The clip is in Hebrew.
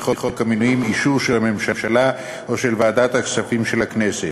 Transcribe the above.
חוק המינויים אישור של הממשלה או של ועדת הכספים של הכנסת.